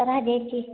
राहण्याची